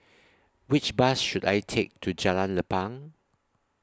Which Bus should I Take to Jalan Lapang